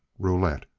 roulette.